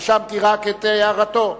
רשמתי רק את הערתו.